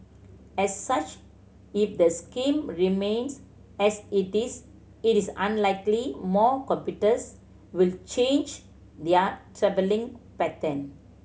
as such if the scheme remains as it is it is unlikely more computers will change their travelling pattern